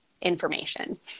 information